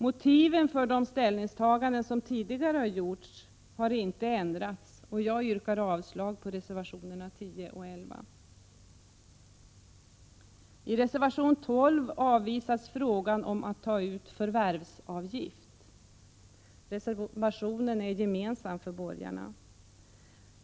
Motiven för de ställningstaganden som tidigare gjorts har inte ändrats, och jag yrkar avslag på reservationerna 10 och 11. I reservation 12 avvisas tanken att ta ut förvärvsavgift. Reservationen är gemensam för borgarna.